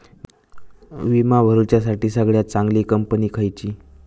विमा भरुच्यासाठी सगळयात चागंली कंपनी खयची?